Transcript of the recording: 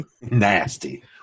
nasty